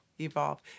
Evolve